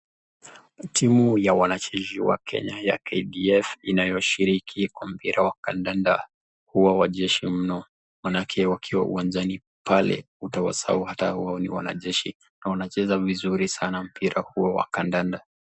Timu ya wananchi wa kenya ya KDF inayoshiriki kwa mpira wa kandanda huwa wacheshi mno maanake wakiwa uwanjani pale utawasahau wao ni wanajeshi na wanacheza vizuri sana huo mpira wa kandanda.